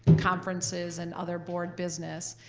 conferences and other board business,